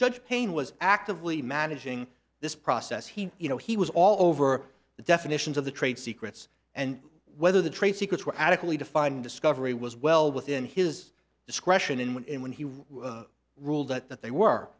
judge payne was actively managing this process he you know he was all over the definitions of the trade secrets and whether the trade secrets were adequately defined discovery was well within his discretion in when he ruled that that they were